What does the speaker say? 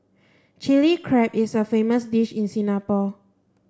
Chilli Crab is a famous dish in Singapore